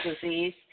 disease